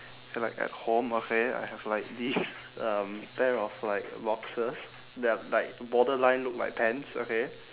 so like at home okay at home I have like this um pair of like boxers that like borderline look like pants okay